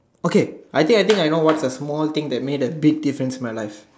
okay I think I think I know what's the small thing that made a big difference in my life